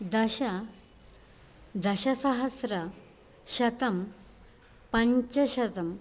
दश दशसहस्र शतं पञ्चशतं